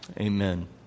Amen